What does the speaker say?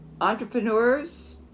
Entrepreneurs